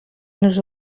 nos